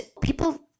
people